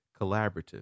collaborative